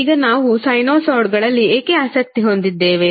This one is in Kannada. ಈಗ ನಾವು ಸೈನುಸಾಯ್ಡ್ಗಳಲ್ಲಿ ಏಕೆ ಆಸಕ್ತಿ ಹೊಂದಿದ್ದೇವೆ